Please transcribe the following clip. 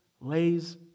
lays